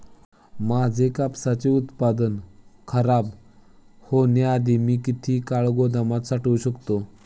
माझे कापसाचे उत्पादन खराब होण्याआधी मी किती काळ गोदामात साठवू शकतो?